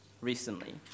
recently